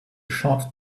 short